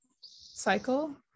cycle